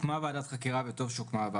הוקמה ועדת חקירה וטוב שהוקמה.